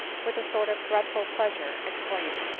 with a sort of dreadful pleasure, exclaimed,